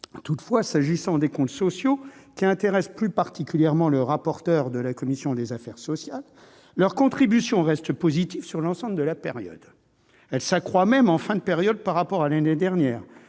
Toutefois, la contribution des comptes sociaux, lesquels intéressent plus particulièrement le rapporteur général de la commission des affaires sociales, reste positive sur l'ensemble de la période. Elle s'accroît même en fin de période par rapport à l'année dernière